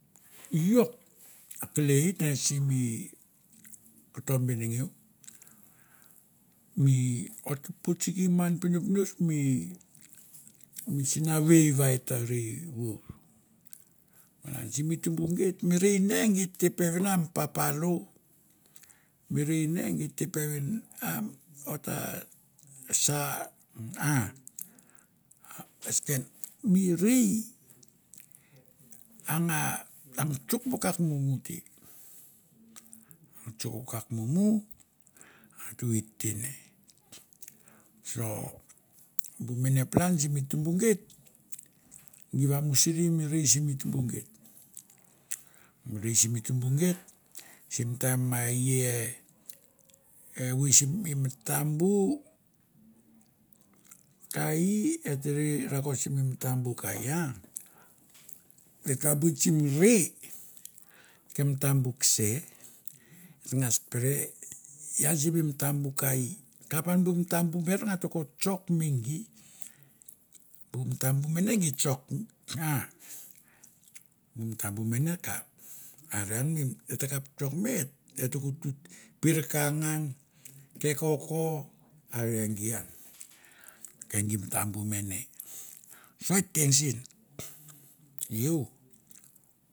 Iok akelei ne simi koto benengeu, mi ot ta potsiki man pinopinots mi sinavei va eta rei vour. Malan simi tumbu geit mi rei ne git te peven va mi papalo, mi rei ne gi te pevenam ot ta sa ah. Mi rei a nga, ang tsok vakak mumu te, ang tsok vakak mumu vet te ne. So bu mene palan simi tumbu geit gi vamusuri mi rei simi tumbu geit. Mi rei simi tumbu geit tiam maie evoi sim matambu ka i et rei rakot simi ngatambu ka i. E kapoit sim rei ke matambu kese, atngas pere ian simi matambu ka i, kap an bu matambu ber ngat ko tsok me gi, bu matambu mene gi tsok, bu matambu mene kap. Are ian e ta kap tok mi eta ko tut perka ngan, ke koko are gi ian. Ke gi matambu mene. So et te ang sen.